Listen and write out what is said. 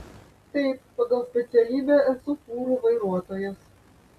taip pagal specialybę esu fūrų vairuotojas